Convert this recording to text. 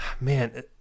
man